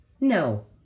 No